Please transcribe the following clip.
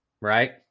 Right